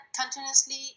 continuously